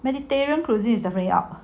mediterranean cuisine is the way out